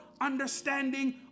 understanding